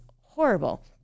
horrible